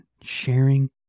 sharing